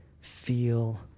feel